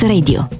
Radio